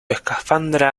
escafandra